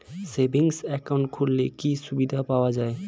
Savings account খুললে কি সুবিধা পাওয়া যায়?